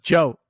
Joe